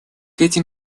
этим